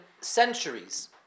centuries